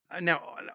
Now